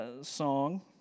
song